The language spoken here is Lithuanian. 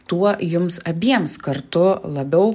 tuo jums abiems kartu labiau